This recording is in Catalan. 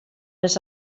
les